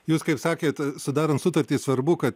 jūs kaip sakėt sudarant sutartį svarbu kad